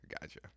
gotcha